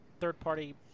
third-party